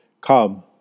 Come